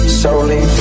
solely